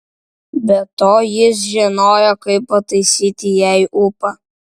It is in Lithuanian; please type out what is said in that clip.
be to jis žinojo kaip pataisyti jai ūpą